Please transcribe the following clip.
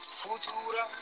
futura